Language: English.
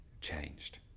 changed